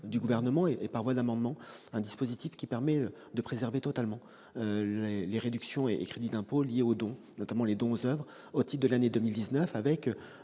du Gouvernement et par voie d'amendement, un dispositif qui permet de préserver totalement les réductions et crédits d'impôt liés aux dons, notamment les dons aux oeuvres, au titre de l'année 2019. Le